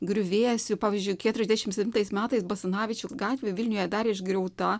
griuvėsių pavyzdžiui keturiasdešimt septintais metais basanavičiaus gatvė vilniuje dar išgriauta